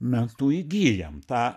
metu įgyjam tą